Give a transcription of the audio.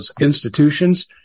institutions